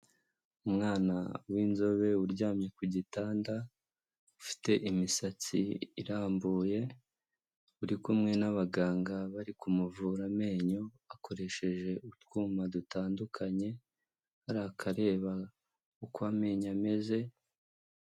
Umwana w'inzobe uryamye ku gitanda ufite imisatsi irambuye, uri kumwe n'abaganga bari kumuvura amenyo bakoresheje utwuma dutandukanye, hari akareba uko amenyo ameze.